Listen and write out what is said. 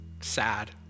sad